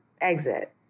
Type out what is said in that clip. exit